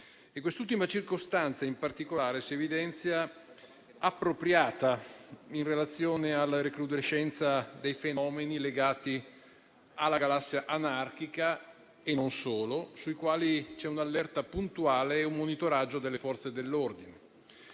Quest'ultima circostanza, in particolare, si evidenzia appropriata, in relazione alla recrudescenza dei fenomeni legati alla galassia anarchica, e non solo, sui quali ci sono un'allerta puntuale ed un monitoraggio delle Forze dell'ordine.